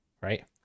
right